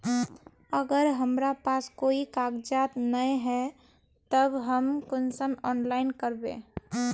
अगर हमरा पास कोई कागजात नय है तब हम कुंसम ऑनलाइन करबे?